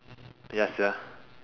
yes